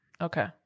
Okay